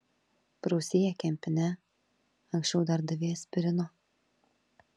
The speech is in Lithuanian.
prausei ją kempine anksčiau dar davei aspirino